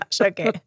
Okay